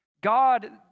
God